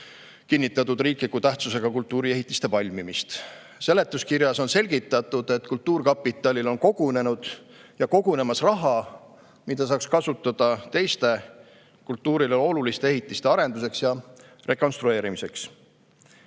kinnitatud riikliku tähtsusega kultuuriehitiste valmimist. Seletuskirjas on selgitatud, et kultuurkapitalil on kogunenud ja kogunemas raha, mida saaks kasutada teiste kultuurile oluliste ehitiste arenduseks ja rekonstrueerimiseks.